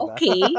Okay